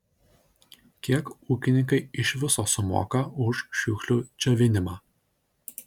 kiek ūkininkai iš viso sumoka už šiukšlių džiovinimą